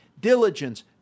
diligence